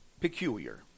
Peculiar